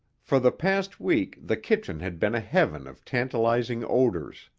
for the past week the kitchen had been a heaven of tantalizing odors.